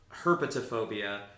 herpetophobia